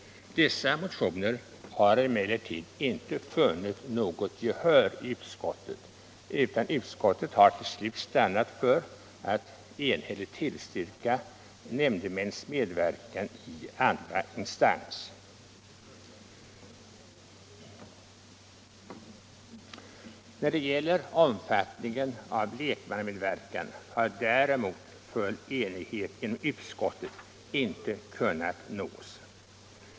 Dessa motioner har emellertid inte vunnit något gehör i utskottet. Utskottet har i stället till slut stannat för att enhälligt tillstyrka nämndemäns medverkan i andra instans. När det gäller omfattningen av lekmannamedverkan har däremot full enighet inom utskottet inte kunnat nås.